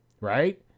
right